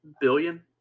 billion